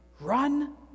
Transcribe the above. run